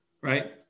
right